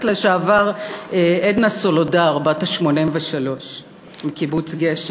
לשעבר עדנה סולודר בת ה-83 מקיבוץ גשר.